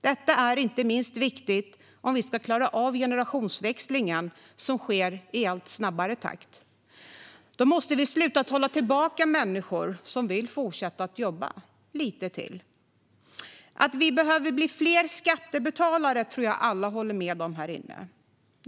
Detta är inte minst viktigt om vi ska klara av generationsväxlingen som sker i allt snabbare takt. Då måste vi sluta hålla tillbaka människor som vill fortsätta att jobba lite till. Att vi behöver bli fler skattebetalare tror jag att alla här inne håller med om.